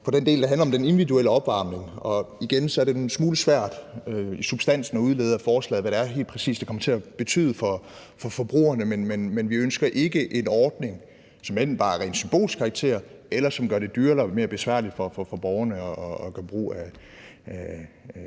for den del, der handler om den individuelle opvarmning. Det er igen en smule svært i substansen at udlede af forslaget, hvad det helt præcis kommer til at betyde for forbrugerne, men vi ønsker ikke en ordning, som enten bare er af ren symbolsk karakter, eller som gør det dyrere eller mere besværligt for borgerne at gøre brug af